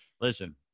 listen-